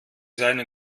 seine